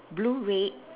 blue red